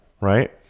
right